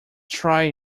try